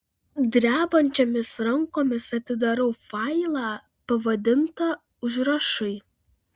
drebančiomis rankomis atidarau failą pavadintą užrašai